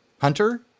Hunter